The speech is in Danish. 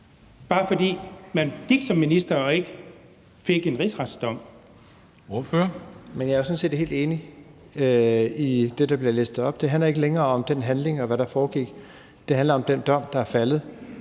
Bruus (S): Men jeg er sådan set helt enig i det, der bliver læst op. Det handler ikke længere om handlingen, og hvad der foregik; det handler om den dom, der er faldet,